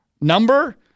number